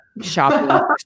Shopping